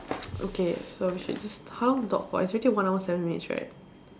okay so we should just how to talk it's already one hour seven minutes right